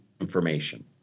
information